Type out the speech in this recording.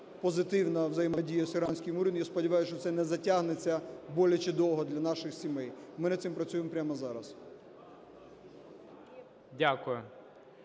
позитивна взаємодія з іранським урядом. Я сподіваюся, що це не затягнеться боляче довго для наших сімей. Ми над цим працюємо прямо зараз.